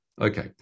Okay